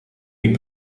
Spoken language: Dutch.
niet